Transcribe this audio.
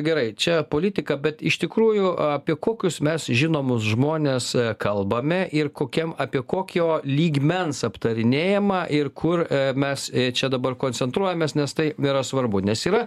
gerai čia politika bet iš tikrųjų apie kokius mes žinomus žmones kalbame ir kokiam apie kokio lygmens aptarinėjimą ir kur mes čia dabar koncentruojamės nes tai yra svarbu nes yra